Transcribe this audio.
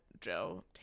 Joe